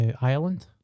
Ireland